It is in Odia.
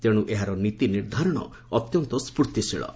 ତେଣୁ ଏହାର ନୀତି ନିର୍ଦ୍ଧାରଣ ଅତ୍ୟନ୍ତ ସ୍ୱର୍ଭିଶୀଳ ହେବ